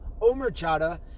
Omerchada